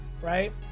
right